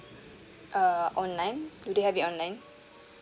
uh online do they have it online